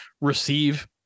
receive